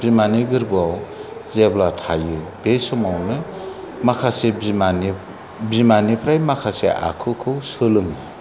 बिमानि गोरबोआव जेब्ला थायो बे समावनो बिमानिफ्राय माखासे आखुखौ सोलोङो